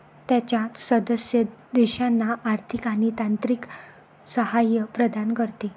त्याच्या सदस्य देशांना आर्थिक आणि तांत्रिक सहाय्य प्रदान करते